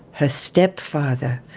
her stepfather,